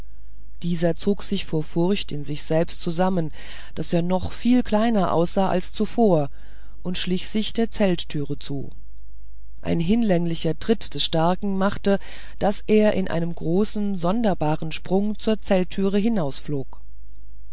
dieser zog sich vor furcht in sich selbst zusammen daß er noch viel kleiner aussah als zuvor und schlich sich der zelttüre zu ein hinlänglicher tritt des starken machte daß er in einem großen sonderbaren sprung zur zelttüre